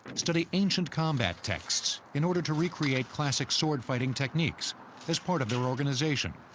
study ancient combat texts in order to recreate classic swordfighting techniques as part of their organization,